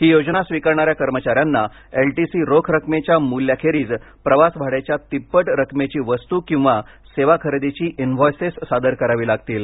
ही योजना स्वीकारणाऱ्या कर्मचाऱ्यांनी एलटीसी रोख रक्कमेच्या मूल्याखेरीज प्रवास भाड्याच्या तिप्पट रकमेची वस्तू किंवा सेवा खरेदीची इनवॉयसेस सादर करावी लागतील